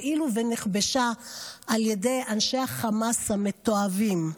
כאילו נכבשה על ידי אנשי החמאס המתועבים.